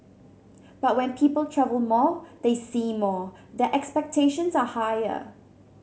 but when people travel more they see more their expectations are higher